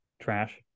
trash